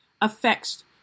affects